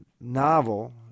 novel